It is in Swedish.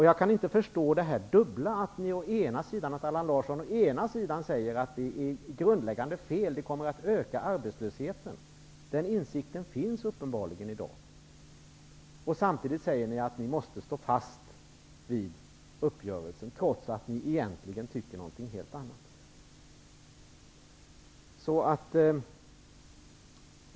Jag kan inte förstå det här dubbla budskapet, när Allan Larsson å ena sidan säger att det finns grundläggande fel, som kommer att öka arbetslösheten - den insikten finns uppenbarligen i dag - och å andra sidan säger att ni måste stå fast vid uppgörelserna, trots att ni egentligen tycker någonting helt annat.